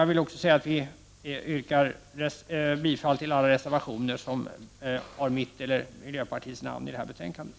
Vi yrkar i övrigt bifall till alla reservationer som bär mitt eller miljöpartiets namn i det här betänkandet.